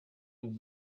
and